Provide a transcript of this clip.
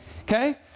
Okay